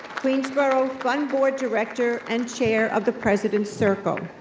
queensborough fund board director and chair of the president's circle.